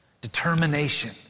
determination